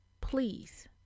please